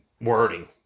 wording